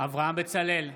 אברהם בצלאל,